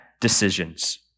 decisions